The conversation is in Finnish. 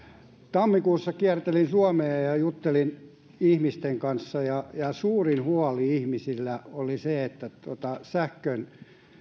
tammikuussa kiertelin suomea ja juttelin ihmisten kanssa ja suurin huoli ihmisillä oli se että sähkön